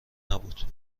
نبود